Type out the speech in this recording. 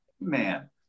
man